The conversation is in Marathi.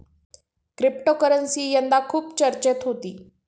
क्रिप्टोकरन्सी यंदा खूप चर्चेत होती